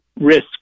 risk